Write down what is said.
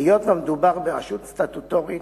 היות שמדובר ברשות סטטוטורית,